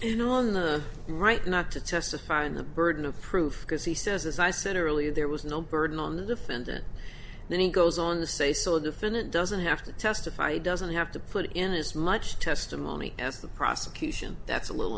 and on the right not to testify in the burden of proof because he says as i said earlier there was no burden on the defendant then he goes on the say so of the fin and doesn't have to testify doesn't have to put in as much testimony as the prosecution that's a little